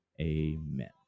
Amen